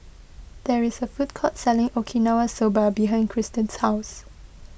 there is a food court selling Okinawa Soba behind Kristyn's house